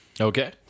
Okay